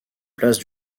place